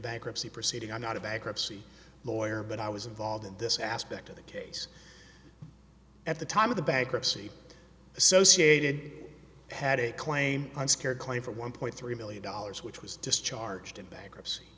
bankruptcy proceeding i'm not a bankruptcy lawyer but i was involved in this aspect of the case at the time of the bankruptcy associated had a claim on scare claim for one point three million dollars which was discharged in bankruptcy